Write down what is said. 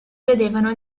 vedevano